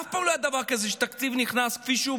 אף פעם לא היה דבר כזה שתקציב נכנס כפי שהוא,